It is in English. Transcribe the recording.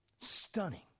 Stunning